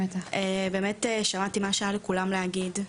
באמת שמעתי מה שהיה לכולם להגיד,